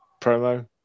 promo